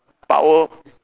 power